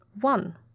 One